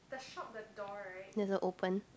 there's a open